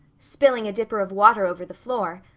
spilling a dipper of water over the floor.